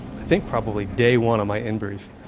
i think probably day one of my in-brief,